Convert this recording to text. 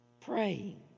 praying